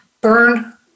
burn